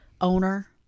owner